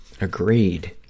Agreed